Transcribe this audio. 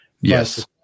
Yes